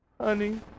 honey